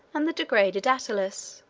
and the degraded attalus,